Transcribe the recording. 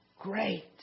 great